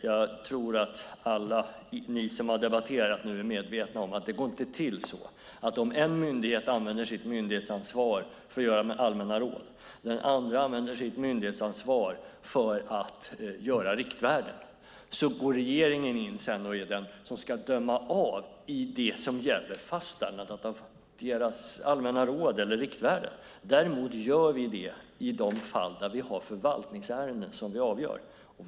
Jag tror att alla ni som nu har debatterat är medvetna om att det inte går till så att om en myndighet använder sitt myndighetsansvar för att göra allmänna råd och den andra myndigheten för att göra riktvärden regeringen sedan går in och dömer i det som gäller fastställandet av deras allmänna råd eller riktvärden. Däremot gör vi det i förvaltningsärenden. Dessa avgör vi.